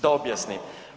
Da objasnim.